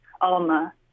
Alma